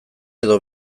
edo